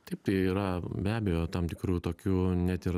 taip tai yra be abejo tam tikrų tokių net ir